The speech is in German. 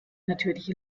natürliche